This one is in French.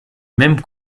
même